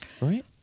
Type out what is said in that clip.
right